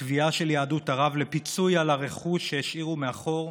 לתביעה של יהדות ערב לפיצוי על הרכוש שהשאירו מאחור,